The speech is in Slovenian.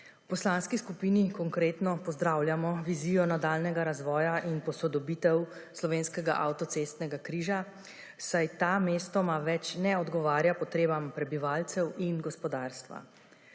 V Poslanski skupini Konkretno pozdravljamo vizijo nadaljnjega razvoja in posodobitev slovenskega avtocestnega križa, saj ta mestoma več ne odgovarja potrebam prebivalcev in gospodarstva.